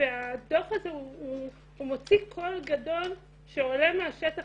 והדוח הזה הוא מוציא קול גדול שעולה מהשטח